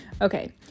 Okay